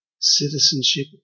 citizenship